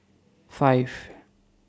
five